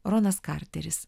ronas karteris